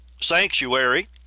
sanctuary